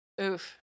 oof